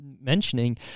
mentioning